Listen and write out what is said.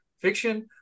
fiction